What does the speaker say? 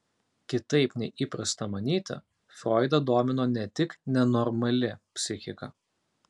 kitaip nei įprasta manyti froidą domino ne tik nenormali psichika